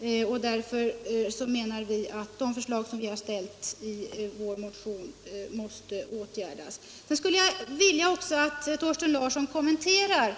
Vi menar därför att de förslag som vi har framfört i vår motion måste åtgärdas. Jag skulle också vilja att Thorsten Larsson kommenterar